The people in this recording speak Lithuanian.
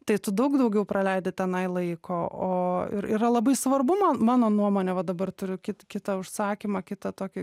tai tu daug daugiau praleidi tenai laiko o ir yra labai svarbu man mano nuomone va dabar turiu kit kitą užsakymą kitą tokį